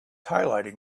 highlighting